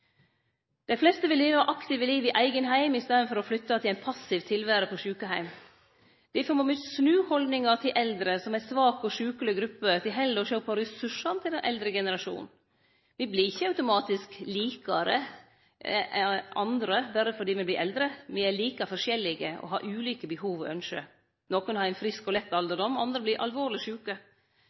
Dei fleste vil leve aktive liv i eigen heim i staden for å flytte til eit passivt tilvære på sjukeheim. Difor må vi snu haldninga til eldre som ei svak og sjukeleg gruppe og heller å sjå på ressursane til den eldre generasjonen. Me vert ikkje automatisk «likare» berre fordi me vert eldre. Me er like forskjellige og har ulike behov og ynsker. Nokon har ein frisk og lett alderdom, andre vert alvorleg sjuke.